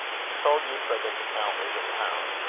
she told euphra that the count was in the house.